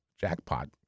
jackpot